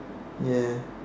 ya